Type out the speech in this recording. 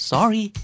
Sorry